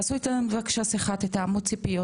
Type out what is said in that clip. תדברו איתם, תתאמו ציפיות.